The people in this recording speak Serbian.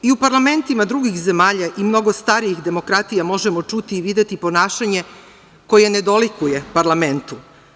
I u parlamentima drugih zemalja i mnogo starijih demokratija možemo čuti i videti ponašanje koje ne dolikuje parlamentu.